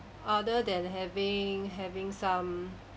other than having having some